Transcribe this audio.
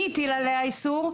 מי הטיל עליה איסור?